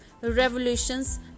revolutions